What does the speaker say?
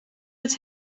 het